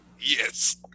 yes